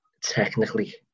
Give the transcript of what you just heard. technically